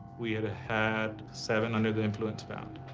we had had seven under the influence found.